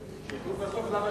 קורה.